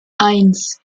eins